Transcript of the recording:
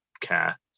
care